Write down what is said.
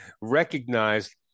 recognized